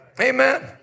Amen